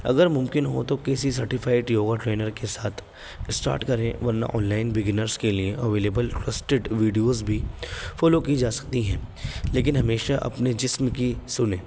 اگر ممکن ہو تو کسی سرٹیفائڈ یوگا ٹرینر کے ساتھ اسٹارٹ کریں ورنہ آن لائن بگنرس کے لیے اویلیبل ٹسٹیڈ ویڈیوز بھی فالو کی جا سکتی ہیں لیکن ہمیشہ اپنے جسم کی سنیں